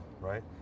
right